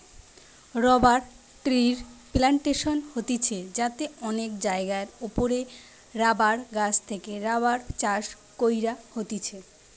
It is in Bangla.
রবার ট্রির প্লানটেশন হতিছে যাতে অনেক জায়গার ওপরে রাবার গাছ থেকে রাবার চাষ কইরা হতিছে